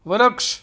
વૃક્ષ